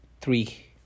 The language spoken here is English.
three